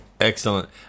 Excellent